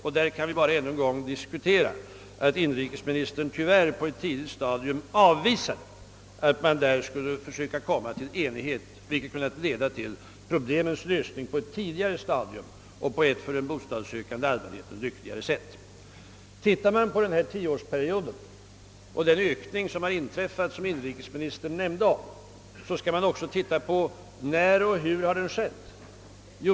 Tyvärr har inrikesministern på ett tidigt stadium avvisat försök att nå enighet, vilka kunnat leda till problemens lösning i ett tidigare skede och på ett för den bostadssökande allmänheten lyckligare sätt. Ser man på den senaste tioårsperioden och den ökning av bostadsbyggandet som då ägt rum och som också inrikesministern nämnde, måste man beakta när och hur ökningen skett.